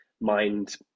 mind